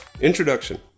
Introduction